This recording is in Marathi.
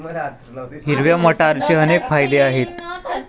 हिरव्या मटारचे अनेक फायदे आहेत